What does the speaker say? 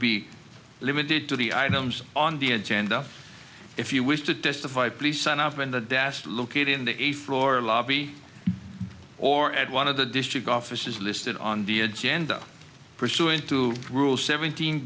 be limited to the items on the agenda if you wish to testify please sign up and the das located in the a floor lobby or at one of the district offices listed on the agenda pursuant to rule seventeen